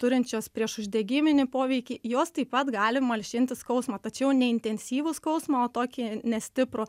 turinčios priešuždegiminį poveikį jos taip pat gali malšinti skausmą tačiau neintensyvų skausmą o tokį nestiprų